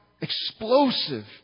explosive